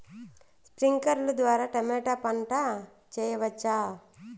స్ప్రింక్లర్లు ద్వారా టమోటా పంట చేయవచ్చా?